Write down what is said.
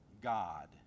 God